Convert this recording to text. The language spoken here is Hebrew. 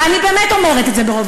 ואני אומרת את זה באמת,